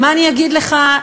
מה אני אגיד לך,